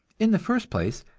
in the first place,